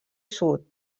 sud